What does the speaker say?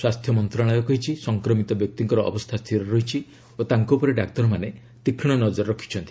ସ୍ୱାସ୍ଥ୍ୟ ମନ୍ତ୍ରଣାଳୟ କହିଛି ସଂକ୍ରମିତ ବ୍ୟକ୍ତିଙ୍କର ଅବସ୍ଥା ସ୍ଥିର ରହିଛି ଓ ତାଙ୍କ ଉପରେ ଡାକ୍ତରମାନେ ତୀକ୍ଷ୍କ ନଜର ରଖିଛନ୍ତି